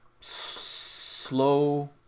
Slow